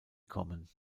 kommen